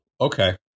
okay